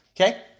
Okay